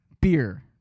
beer